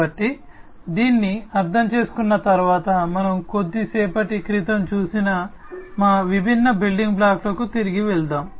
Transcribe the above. కాబట్టి దీన్ని అర్థం చేసుకున్న తరువాత మనం కొద్దిసేపటి క్రితం చూసిన మా విభిన్న బిల్డింగ్ బ్లాక్లకు తిరిగి వెళ్దాం